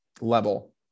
level